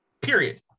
period